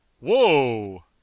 Whoa